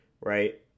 right